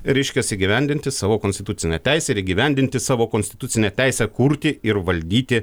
reiškias įgyvendinti savo konstitucinę teisę ir įgyvendinti savo konstitucinę teisę kurti ir valdyti